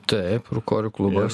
taip rūkorių klubas